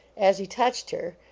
as he touched her,